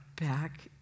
back